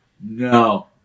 No